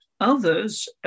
others